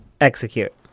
Execute